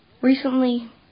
Recently